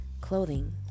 clothing